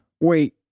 Wait